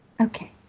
Okay